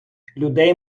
людей